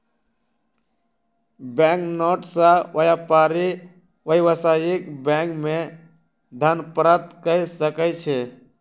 bank note सॅ व्यापारी व्यावसायिक बैंक मे धन प्राप्त कय सकै छै